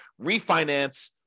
refinance